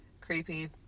Creepy